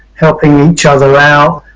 helping each other out,